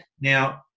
now